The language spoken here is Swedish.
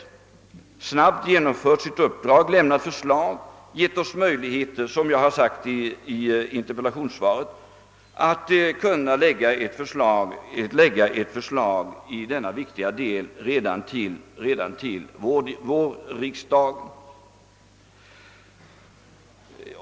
Den har snabbt genomfört sitt uppdrag, lämnat förslag och givit oss möjligheter att, som jag har nämnt i interpellationssva ret, lägga fram ett förslag i denna viktiga fråga redan till vårriksdagen.